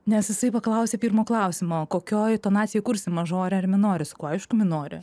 nes jisai paklausė pirmo klausimo kokioj tonacijoj kursi mažore ar minore sakau aišku minore